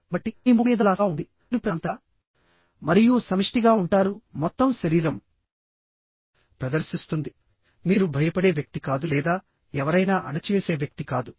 కాబట్టి మీ ముఖం మీద ఉల్లాసంగా ఉంటుంది మీరు ప్రశాంతంగా మరియు సమిష్టిగా ఉంటారు మొత్తం శరీరం ప్రదర్శిస్తుంది మీరు భయపడే వ్యక్తి కాదు లేదా ఎవరైనా అణచివేసే వ్యక్తి కాదు